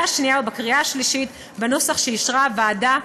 השנייה ובקריאה השלישית בנוסח שאישרה הוועדה.